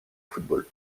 football